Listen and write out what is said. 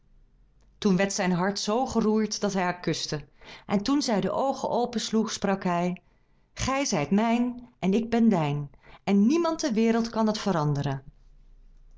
toen werd zijn hart zoo geroerd dat hij haar kuste en toen zij de oogen opsloeg sprak hij gij zijt mijn en ik ben dijn en niemand ter wereld kan dat veranderen